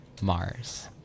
Mars